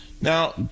Now